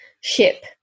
ship